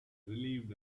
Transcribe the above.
relieved